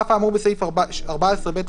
הלוואות לסיעות 12. (א)על אף האמור בסעיף 14(ב)